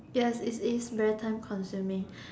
yes it is very time consuming